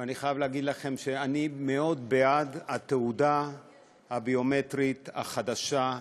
ואני חייב להגיד לכם שאני מאוד בעד התעודה הביומטרית החדשה,